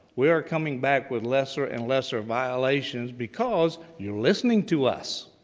we are coming back with lesser and lesser violations because you're listening to us.